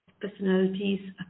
personalities